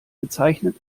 bezeichnet